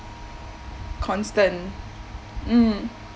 constant mm